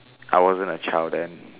I wasn't a child then